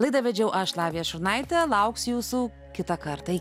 laidą vedžiau aš lavija šurnaitė lauksiu jūsų kitą kartą ik